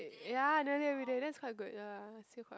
ya nearly everyday that's quite good ya still quite